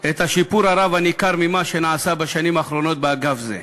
את השיפור הניכר במה שנעשה בשנים האחרונות באגף זה.